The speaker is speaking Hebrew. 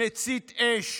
מצית אש,